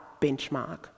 benchmark